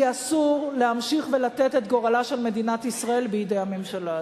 כי אסור להמשיך ולתת את גורלה של מדינת ישראל בידי הממשלה הזאת.